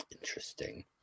Interesting